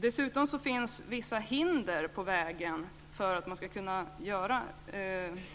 Dessutom finns vissa hinder på vägen för att man ska kunna vidta